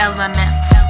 Elements